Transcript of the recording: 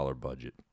budget